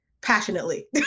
passionately